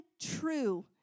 true